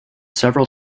several